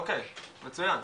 אוקיי, מצוין.